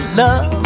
love